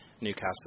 Newcastle